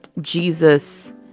Jesus